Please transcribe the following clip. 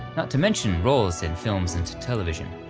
not to mention roles in films and television.